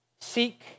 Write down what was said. seek